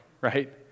right